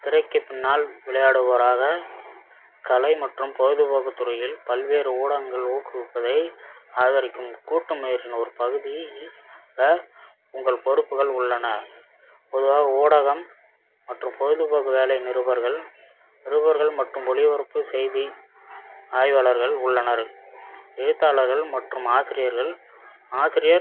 திரைக்குப் பின்னால் விளையாடுபவராக கலை மற்றும் பொழுதுபோக்குத் துறையில் பல்வேறு ஊடகங்கள் ஊக்குவிப்பதை ஆதரிக்கும் கூட்டு முயற்சியின் ஒரு பகுதி க உங்கள் பொறுப்புகள் உள்ளன பொதுவாக ஊடகம் மற்றும் பொழுதுபோக்கு வேலை நிருபர்கள் நிருபர்கள் மற்றும் ஒளிபரப்பு செய்தி ஆய்வாளர்கள் உள்ளனர் எழுத்தாளர்கள் மற்றும் ஆசிரியர்கள் ஆசிரியர்